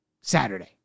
Saturday